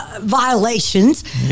violations